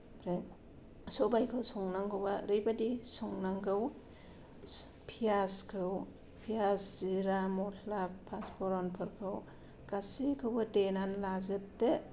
ओमफ्राय सबायखौ संनांगौबा ओरैबायदि संनांगौ फियाजखौ फियाज जिरा मसला पासपुरानफोरखौ गासैखौबो देनानै लाजोबदो